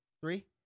three